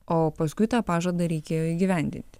o paskui tą pažadą reikėjo įgyvendinti